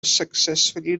successfully